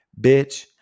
Bitch